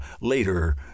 later